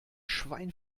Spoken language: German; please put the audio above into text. schwein